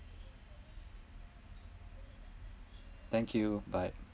thank you bye